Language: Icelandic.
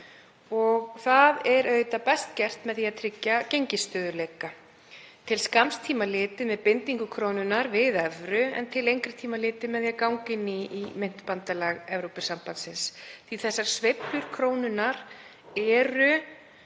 verður auðvitað best gert með því að tryggja gengisstöðugleika til skamms tíma litið með bindingu krónunnar við evru en til lengri tíma litið með því að ganga inn í Myntbandalag Evrópusambandsins, því að þessar sveiflur krónunnar eru